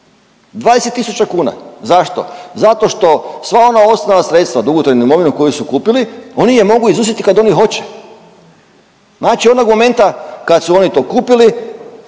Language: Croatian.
tisuća kuna. Zašto? Zato što sva ona osnovna sredstva dugotrajnu imovinu koju su kupili oni je mogu izuzeti kad oni hoće. Znači onog momenta kad su oni to kupili